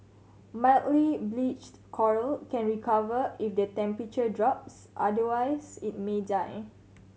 mildly bleached coral can recover if the temperature drops otherwise it may die